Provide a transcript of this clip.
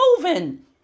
moving